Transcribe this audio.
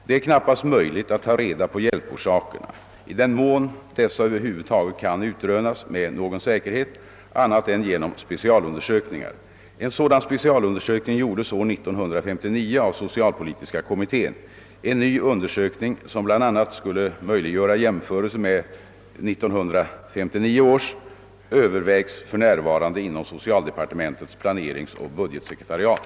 Det är knappast möjligt att ta reda på hjälporsakerna — i den mån dessa över huvud taget kan utrönas med någon säkerhet — annat än genom specialundersökningar. En sådan specialundersökning gjordes år 1959 av socialpolitiska kommittén. En ny undersökning, som bl.a. skulle möjliggöra jämförelser med 1959 års, övervägs för närvarande inom socialdepartementets planeringsoch hudgetsekretariat.